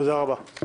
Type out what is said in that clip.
תודה רבה.